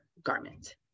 garment